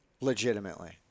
legitimately